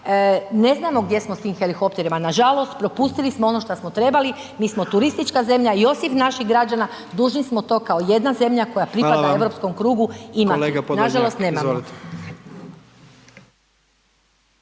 ne znamo gdje smo s tim helikopterima, nažalost, propustili smo ono šta smo trebali, mi smo turistička zemlja i osim naših građana, dužni smo tako jedna zemlja koja pripada europskom krugu imat, nažalost nemamo.